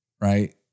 right